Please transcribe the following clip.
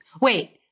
Wait